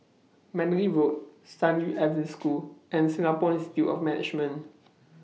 Mandalay Road San Yu Adventist School and Singapore Institute of Management